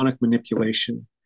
manipulation